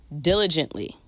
diligently